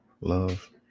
love